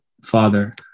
father